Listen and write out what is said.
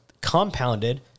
compounded